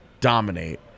dominate